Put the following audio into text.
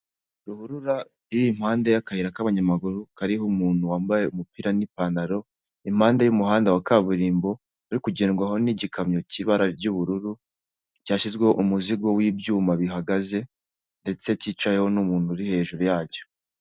Ruhurura iri mpande y'akayira k'abanyamaguru kariho umuntu wambaye umupira n'ipantaro impande y'umuhanda wa kaburimbo uri kugendwaho n'igikamyo cy'ibara ry'ubururu cyashyizweho umuzigo w'ibyuma bihagaze ndetse cyicaweho n'umuntu uri hejuru yacyo.